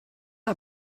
are